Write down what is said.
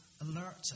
alert